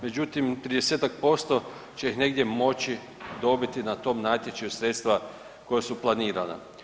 Međutim, 30-tak posto će ih negdje moći dobiti na tom natječaju sredstva koja su planirana.